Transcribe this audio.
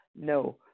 no